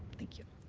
thank you.